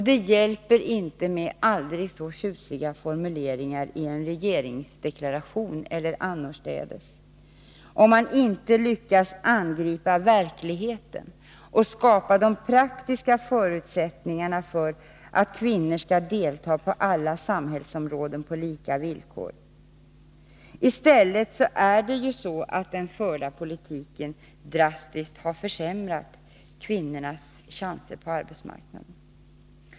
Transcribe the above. Det hjälper ju inte med aldrig så tjusiga formuleringar i en regeringsdeklaration eller annorstädes, om man inte lyckas angripa verkligheten och skapa de praktiska förutsättningarna för kvinnorna att delta på alla samhällsområden på lika villkor. I stället är det så att den förda politiken drastiskt har försämrat kvinnornas chanser på arbetsmarknaden.